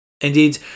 Indeed